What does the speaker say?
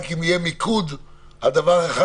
האם יהיה מיקוד על דבר אחד?